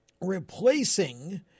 replacing